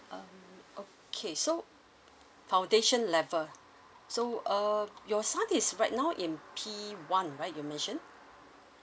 uh okay so foundation level so um your son is right now in P one right you mentioned